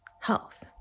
health